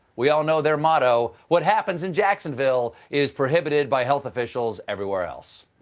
we all know their motto what happens in jacksonville. is prohibited by health officials everywhere else.